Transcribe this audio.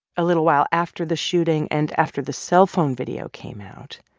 a little while after the shooting and after the cellphone video came out,